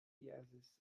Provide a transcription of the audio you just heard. biases